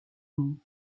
denis